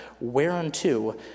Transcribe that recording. whereunto